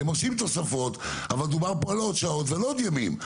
הם עושים תוספות אבל דובר פה על עוד שעות ועל עוד ימים.